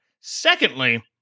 Secondly